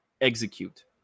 execute